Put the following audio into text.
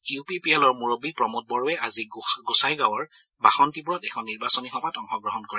U P P এলৰ মুৰববী প্ৰমোদ বড়োৱে আজি গোসাঁইগাঁৱৰ বাসন্তিপুৰত এখন নিৰ্বাচনী সভাত অংশগ্ৰহণ কৰে